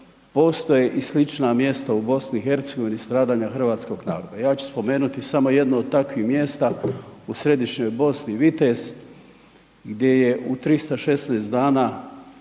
postoje i slična mjesta u BiH stradanja hrvatskog naroda. Ja ću spomenuti samo jedno od takvih mjesta u Središnjoj Bosni, Vitez gdje je u 316 dana